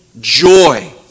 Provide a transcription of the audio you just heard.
joy